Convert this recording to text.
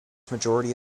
majority